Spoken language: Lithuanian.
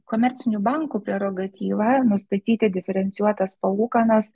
komercinių bankų prerogatyva nustatyti diferencijuotas palūkanas